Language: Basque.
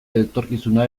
etorkizuna